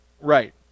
right